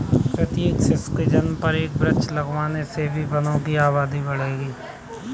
प्रत्येक शिशु के जन्म पर एक वृक्ष लगाने से भी वनों की आबादी बढ़ेगी